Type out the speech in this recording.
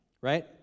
Right